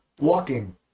walking